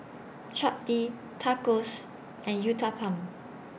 Chapati Tacos and Uthapam